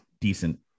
decent –